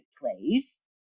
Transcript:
plays